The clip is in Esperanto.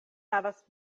havas